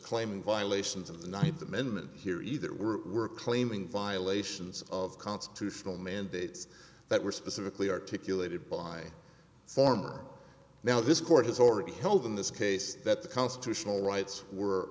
claiming violations of the ninth amendment here either were claiming violations of constitutional mandates that were specifically articulated by former now this court has already held in this case that the constitutional rights